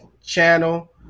channel